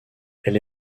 elle